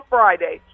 Friday